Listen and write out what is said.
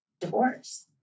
divorce